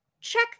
check